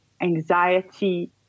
anxiety